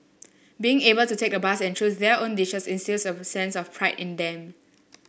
being able to take the bus and choose their own dishes instils a sense of pride in them